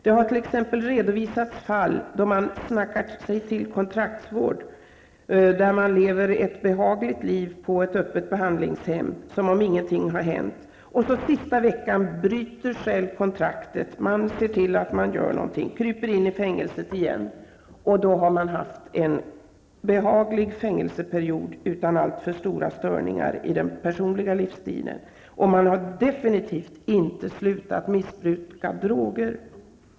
Det har t.ex. redovisats fall då personer har ''snackat sig till'' kontraktsvård och kunnat leva ett behagligt liv på ett öppet behandlingshem som om ingenting har hänt för att sedan den sista veckan göra något så att kontraktet bryts och de åter får krypa in i fängelset. Dessa personer har då haft en ganska behaglig ''fängelseperiod'' utan alltför stora störningar i den personliga livsstilen, och de har definitivt inte slutat missbruka droger.